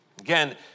Again